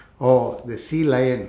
oh the sea lion